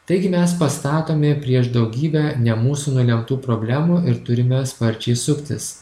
taigi mes pastatomi prieš daugybę ne mūsų nulemtų problemų ir turime sparčiai suktis